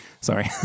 Sorry